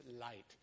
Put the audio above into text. light